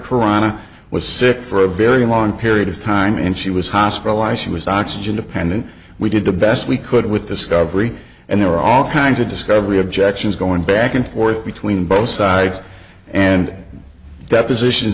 khurana was sick for a very long period of time and she was hospitalized she was oxygen dependent we did the best we could with discovery and there are all kinds of discovery objections going back and forth between both sides and depositions